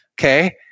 Okay